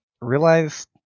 realize